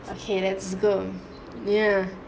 okay let's go near